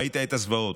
ראית את הזוועות,